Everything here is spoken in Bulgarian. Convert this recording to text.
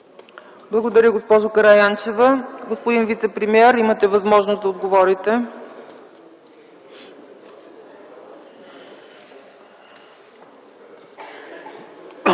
Благодаря, госпожо Караянчева. Господин вицепремиер, имате възможност да отговорите